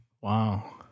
Wow